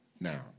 now